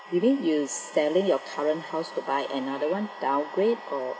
you mean you selling your current house to buy another one downgrade or